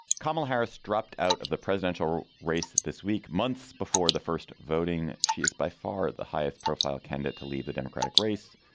kamala harris dropped out of the presidential race this week, months before the first voting. she is by far the highest profile candidate to leave the democratic race,